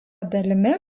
dalimi